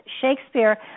Shakespeare